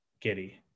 Giddy